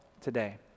today